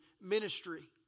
ministry